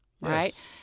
right